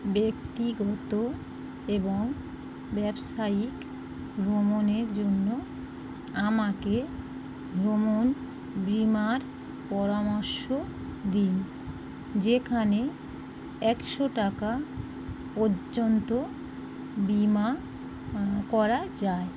ব্যক্তিগত এবং ব্যবসায়িক ভ্রমণের জন্য আমাকে ভ্রমণ বিমার পরামর্শ দিন যেখানে একশো টাকা পর্যন্ত বিমা করা যায়